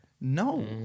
No